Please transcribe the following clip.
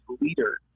leader